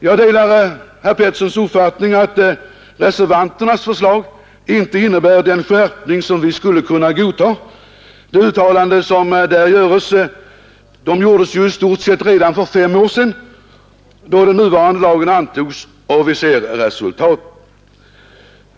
Jag delar herr Petterssons uppfattning att reservanternas förslag inte innebär den skärpning som vi skulle kunna godta; det uttalande som görs där gjordes i stort sett redan för fem år sedan då den nuvarande lagen antogs, och vi har sett resultatet.